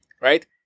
Right